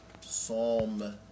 Psalm